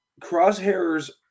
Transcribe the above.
Crosshairs